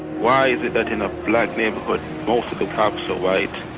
why is it that in a black neighborhood, most of the cops are white?